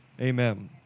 Amen